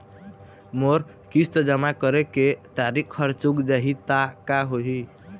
मोर किस्त जमा करे के तारीक हर चूक जाही ता का होही?